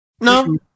No